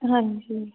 ਹਾਂਜੀ